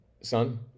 son